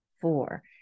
four